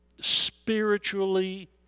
spiritually